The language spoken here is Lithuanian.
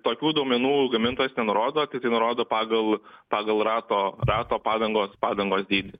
tokių duomenų gamintojas nenurodo tiktai nurodo pagal pagal rato rato padangos padangos dydį